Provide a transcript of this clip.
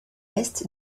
est